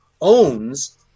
owns